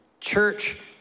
church